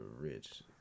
rich